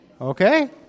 Okay